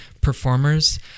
performers